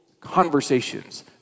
conversations